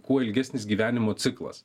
kuo ilgesnis gyvenimo ciklas